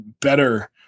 better –